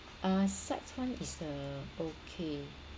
uh sides one is the okay